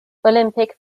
olympic